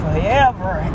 Forever